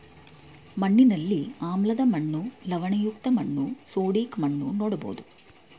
ಮಣ್ಣಿನಲ್ಲಿ ಆಮ್ಲದ ಮಣ್ಣು, ಲವಣಯುಕ್ತ ಮಣ್ಣು, ಸೋಡಿಕ್ ಮಣ್ಣು ನೋಡ್ಬೋದು